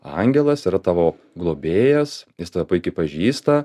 angelas yra tavo globėjas jis tave puikiai pažįsta